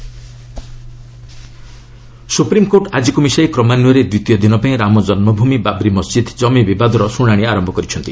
SC Ayodhya supreme court ଆଜିକୁ ମିଶାଇ କ୍ରମାନ୍ୱୟରେ ଦ୍ୱିତୀୟ ଦିନ ପାଇଁ ରାମ ଜନ୍ମଭୂମି ବାବ୍ରି ମସ୍ଜିଦ୍ ଜମି ବିବାଦର ଶୁଣାଣି ଆରମ୍ଭ କରିଛନ୍ତି